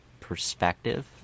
perspective